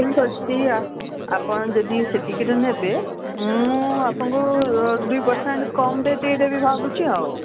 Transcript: ଠିକ୍ ଅଛି ଆପଣ ଯଦି ସେତିକିଟ ନେବେ ମୁଁ ଆପଣଙ୍କୁ ଦୁଇ ପରସେଣ୍ଟ କମ୍ ରେଟ୍ ଦେଇ ଦେବି ଭାବୁଛି ଆଉ